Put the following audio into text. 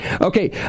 Okay